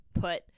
put